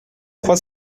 trois